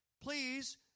please